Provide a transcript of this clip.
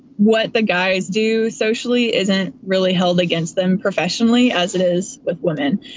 what the guys do socially isn't really held against them professionally as it is with women.